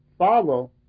follow